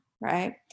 right